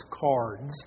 cards